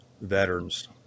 veterans